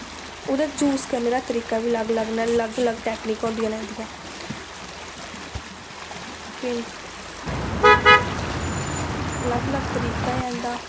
ओह्दे यूस करने दा तरीका बी अलग अलग न अलग अलग टैकनीक होंदियां न एह्दियां पेंटिं अलग अलग तरीका ऐ इं'दा